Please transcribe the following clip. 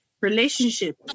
relationship